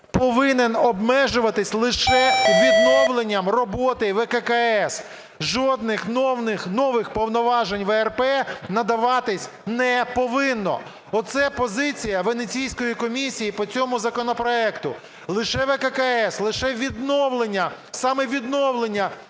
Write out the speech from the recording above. повинен обмежуватись лише відновленням роботи ВККС". Жодних нових повноважень ВРП надаватись не повинно. Оце позиція Венеційської комісії по цьому законопроекту: лише ВККС, лише відновлення, саме "відновлення"